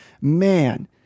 man